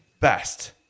best